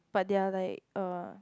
but they're like uh